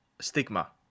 stigma